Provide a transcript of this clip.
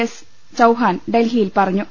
S Chauhan ഡൽഹിയിൽ പ്റഞ്ഞു